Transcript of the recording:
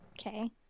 Okay